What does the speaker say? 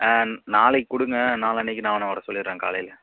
ஆ நாளைக்கு கொடுங்க நாளான்னைக்கு நான் அவனை வர சொல்லிடுறேன் காலையில்